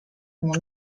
como